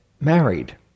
married